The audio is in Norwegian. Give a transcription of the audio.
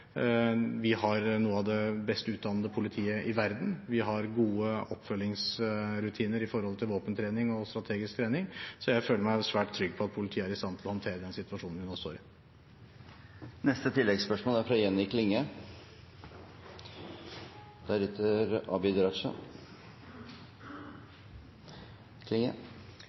Vi har noe av det best utdannede politiet i verden. Vi har gode oppfølgingsrutiner i forhold til våpentrening og strategisk trening, så jeg føler meg svært trygg på at politiet er i stand til å håndtere den situasjonen vi nå står i.